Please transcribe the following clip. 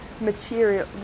material